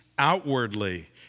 outwardly